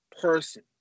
person